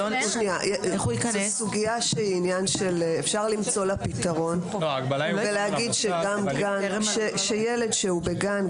זו סוגיה שאפשר למצוא לה פתרון ולהגיד שילד שהוא בגן,